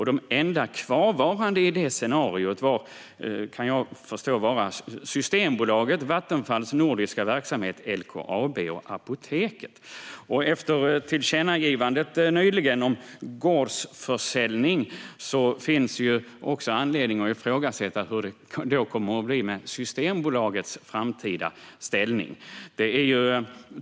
De enda kvarvarande i det scenariot var, vad jag kan förstå, Systembolaget, Vattenfalls nordiska verksamhet, LKAB och Apoteket. Efter tillkännagivandet nyligen om gårdsförsäljning finns också anledning att ifrågasätta hur det då kommer att bli med Systembolagets framtida ställning.